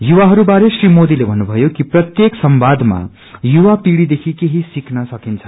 युवाहरू बारे श्री मोदीले भन्नुभन्नयो कि प्रत्येक संवादमा युवा पीढ़िदेखि केही सिक्न सकिन्छ